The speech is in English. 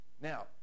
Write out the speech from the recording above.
Now